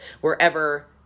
wherever